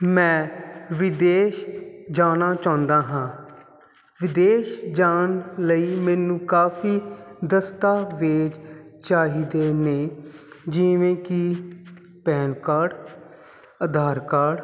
ਮੈਂ ਵਿਦੇਸ਼ ਜਾਣਾ ਚਾਹੁੰਦਾ ਹਾਂ ਵਿਦੇਸ਼ ਜਾਣ ਲਈ ਮੈਨੂੰ ਕਾਫੀ ਦਸਤਾਵੇਜ ਚਾਹੀਦੇ ਨੇ ਜਿਵੇਂ ਕੀ ਪੈਨ ਕਾਰਡ ਆਧਾਰ ਕਾਰਡ